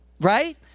Right